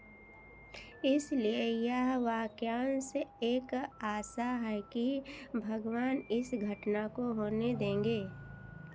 इसलिए यह वाक्यांश एक आशा है कि भगवान इस घटना को होने देंगे